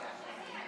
ההצבעה,